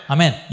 Amen